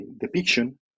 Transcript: depiction